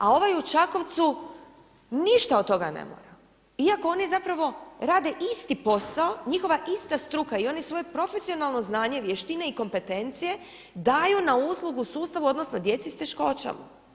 A ovaj u Čakovcu, ništa od toga ne mora, iako oni zapravo rade isti posao, njihova ista struka, i oni svoje profesionalno znanje, vještine i kompetencije daju na uslugu sustavu odnosno djeci s teškoćama.